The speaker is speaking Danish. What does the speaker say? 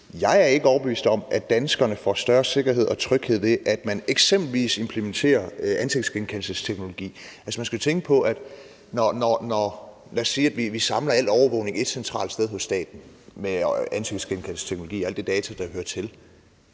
Jeg er ikke overbevist om, at danskerne får større sikkerhed og tryghed, ved at man eksempelvis implementerer ansigtsgenkendelsesteknologi. Lad os sige, at vi samler al overvågning et centralt sted i staten – det er ansigtsgenkendelsesteknologi og alle de data, der hører til